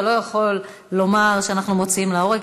אתה לא יכול לומר שאנחנו מוציאים להורג,